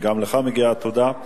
וגם לך מגיעה תודה,